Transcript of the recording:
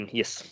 yes